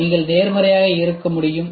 நீங்கள் நேர்மறையாக இருக்க முடியும்